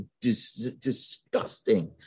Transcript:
disgusting